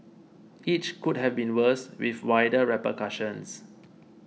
each could have been worse with wider repercussions